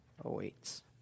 awaits